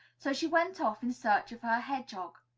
so she went off in search of her hedgehog.